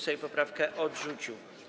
Sejm poprawkę odrzucił.